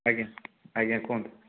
ଆଜ୍ଞା ଆଜ୍ଞା କୁହନ୍ତୁ